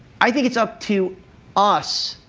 i think it's up to us.